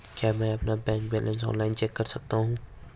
क्या मैं अपना बैंक बैलेंस ऑनलाइन चेक कर सकता हूँ?